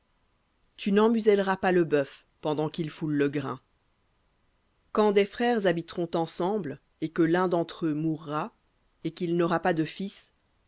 tu n'emmuselleras pas le bœuf pendant qu'il foule le grain quand des frères habiteront ensemble et que l'un d'entre eux mourra et qu'il n'aura pas de fils